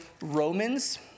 Romans